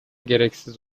gereksiz